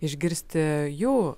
išgirsti jų